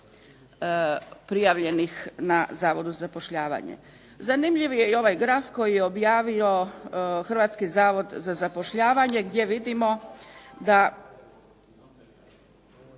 prijavljenih na Zavodu za zapošljavanje. Zanimljiv je i ovaj graf kojeg je objavio Hrvatski zavod za zapošljavanje gdje vidimo da